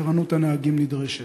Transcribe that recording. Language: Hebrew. אך ערנות הנהגים נדרשת.